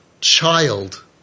child